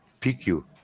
PQ